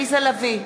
עליזה לביא,